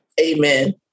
Amen